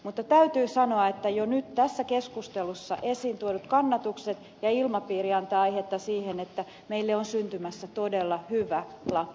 mutta täytyy sanoa että jo nyt tässä keskustelussa esiin tuodut kannatukset ja ilmapiiri antavat aihetta siihen että meille on syntymässä todella hyvä laki